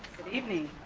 and evening.